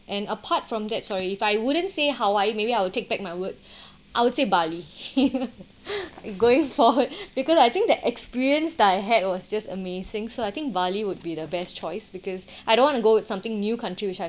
and apart from that sorry if I wouldn't say hawaii maybe I'll take back my word I would say bali like going forward because I think that experience that I had was just amazing so I think bali would be the best choice because I don't want to go with something new country which I